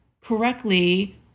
correctly